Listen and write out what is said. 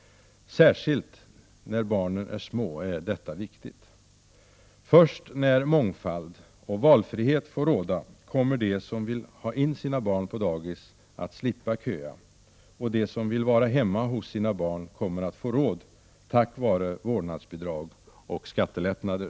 Särskilt när barnen är små är detta viktigt. Först när mångfald och valfrihet får råda kommer de som vill ha in sina barn på dagis att slippa köerna. De som vill vara hemma hos sina barn kommer att få råd tack vare vårdnadsbidrag och skattelättnader.